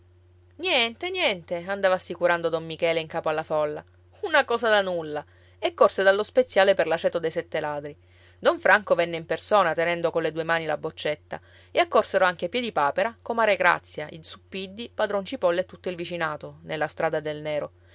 niente niente andava assicurando don michele in capo alla folla una cosa da nulla e corse dallo speziale per l'aceto dei sette ladri don franco venne in persona tenendo colle due mani la boccetta e accorsero anche piedipapera comare grazia i zuppiddi padron cipolla e tutto il vicinato nella strada del nero